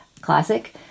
classic